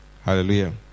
Hallelujah